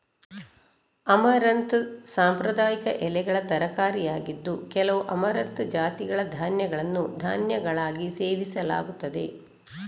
amaranth ಸಾಂಪ್ರದಾಯಿಕ ಎಲೆಗಳ ತರಕಾರಿಯಾಗಿದ್ದು, ಕೆಲವು ಅಮರಂಥ್ ಜಾತಿಗಳ ಧಾನ್ಯಗಳನ್ನು ಧಾನ್ಯಗಳಾಗಿ ಸೇವಿಸಲಾಗುತ್ತದೆ